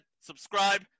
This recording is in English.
subscribe